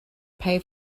pay